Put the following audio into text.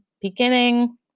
beginning